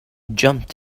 jumped